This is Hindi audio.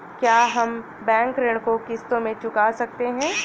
क्या हम बैंक ऋण को किश्तों में चुका सकते हैं?